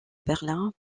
berlin